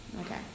Okay